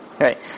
Right